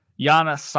Yana